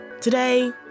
Today